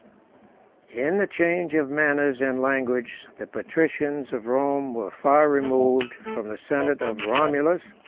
in the change of manners and language the patricians of rome were far removed from the senate of romulus,